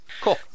Cool